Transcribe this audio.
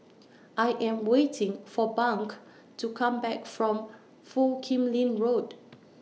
I Am waiting For Bunk to Come Back from Foo Kim Lin Road